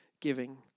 giving